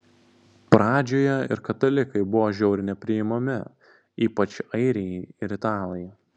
pradžioje ir katalikai buvo žiauriai nepriimami ypač airiai ir italai